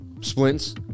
splints